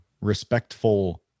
respectful